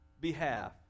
behalf